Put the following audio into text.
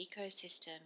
ecosystem